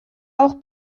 auch